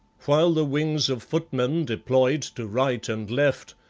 while the wings of footmen deployed to right and left,